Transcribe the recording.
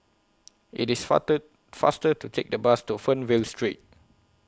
IT IS fast faster to Take The Bus to Fernvale Street